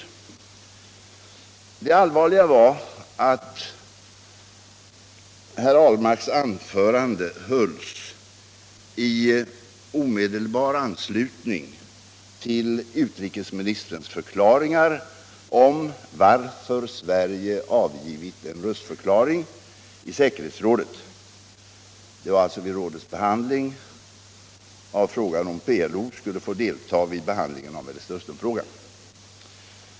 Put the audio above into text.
Mellersta Östern Det allvarliga var att herr Ahlmarks anförande hölls i omedelbar an = politiken slutning till utrikesministerns förklaringar om varför Sverige avgett en röstförklaring i säkerhetsrådet — vid rådets prövning av frågan om PLO skulle få delta i behandlingen av Mellersta Östern-frågan.